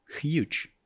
huge